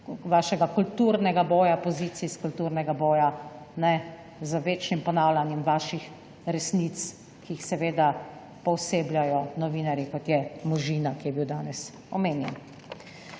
vašega kulturnega boja, pozicij iz kulturnega boja z večnim ponavljanjem vaših resnic, ki jih seveda poosebljajo novinarji, kot je Možina, ki je bil danes omenjen.